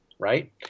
right